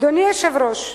אדוני היושב-ראש,